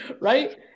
right